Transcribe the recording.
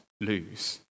lose